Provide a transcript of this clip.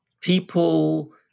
people